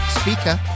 speaker